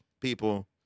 people